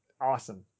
awesome